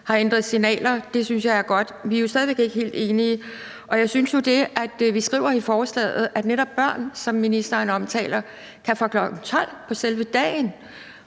har ændret signaler. Det synes jeg er godt. Vi er jo stadig væk ikke helt enige. Det, at vi skriver i forslaget, at netop børn, som ministeren omtaler, fra kl. 00.00 på selve dagen,